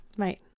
Right